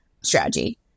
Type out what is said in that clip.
strategy